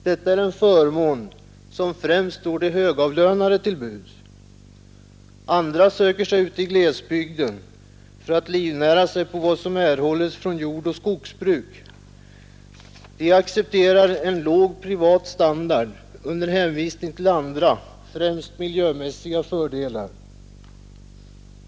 Detta är en förmån som främst står de högavlönade till buds. Andra söker sig ut i glesbygden för att livnära sig på vad som erhålles från jordoch skogsbruk. De accepterar en låg privat standard under hänvisning till andra främst miljömässiga fördelar.